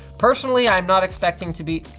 personally, i'm not expecting to be.